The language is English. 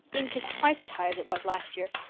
ink is twice as high as it was last year.